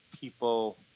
people